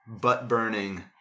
butt-burning